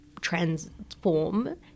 transform